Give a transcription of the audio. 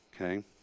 okay